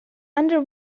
under